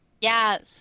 Yes